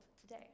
today